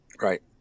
Right